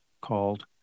called